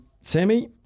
Sammy